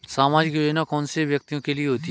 सामाजिक योजना कौन से व्यक्तियों के लिए होती है?